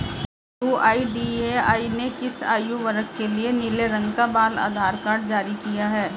UIDAI ने किस आयु वर्ग के लिए नीले रंग का बाल आधार कार्ड जारी किया है?